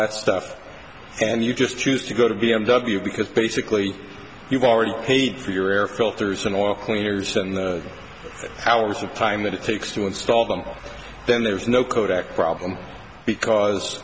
that stuff and you just choose to go to b m w because basically you've already paid for your air filters and all cleaners in the hours of time that it takes to install them then there's no codec problem because